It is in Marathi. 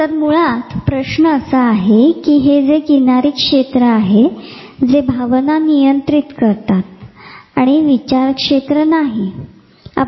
तर मुळात प्रश्न असा आहे कि हे जे किनारी क्षेत्र आहे जे भावना नियंत्रित करते मात्र ते विचार क्षेत्र नाही